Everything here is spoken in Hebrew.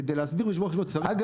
כדי להסביר -- אגב,